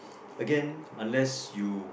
again unless you